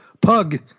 pug